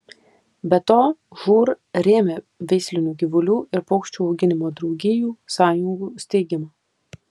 be to žūr rėmė veislinių gyvulių ir paukščių auginimo draugijų sąjungų steigimą